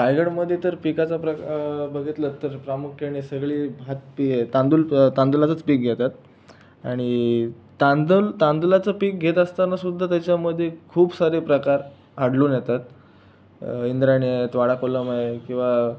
रायगडमध्ये तर पिकाचा प्र बघितलंत तर प्रामुख्याने सगळी भात पी तांदुळ तांदुळाचंच पीक घेतात आणि तांदळ तांदुळाचं पीक घेत असताना सुद्धा त्याच्यामध्ये खूप सारे प्रकार आढळून येतात इंद्रायणी आहेत वाडा कोलम आहे किंवा